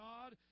God